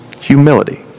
Humility